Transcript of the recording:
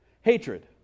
hatred